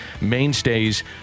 mainstays